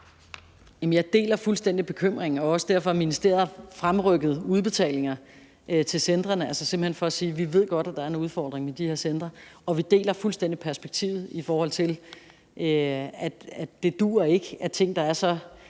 Jeg deler fuldstændig bekymringen, og det var også derfor, ministeriet fremrykkede udbetalingerne til centrene, altså simpelt hen for at sige, at vi godt ved, at der er en udfordring med de her centre. Og vi deler fuldstændig det perspektiv, at det ikke dur, at ting, der er så,